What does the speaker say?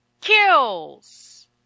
kills